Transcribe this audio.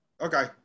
Okay